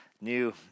new